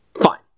Fine